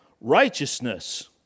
Righteousness